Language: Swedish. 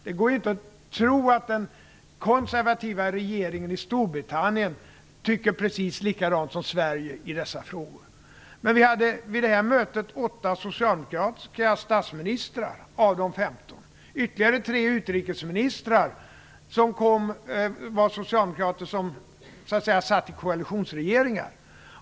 Det går inte att tro att den konservativa regeringen i Storbritannien tycker precis lika som vi i Sverige tycker i dessa frågor. Vid Madridmötet fanns det 8 socialdemokratiska statsministrar bland de 15. Det fanns 3 socialdemokratiska utrikesministrar, som satt i koalitionsregeringar.